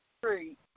three